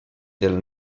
del